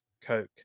Coke